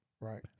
right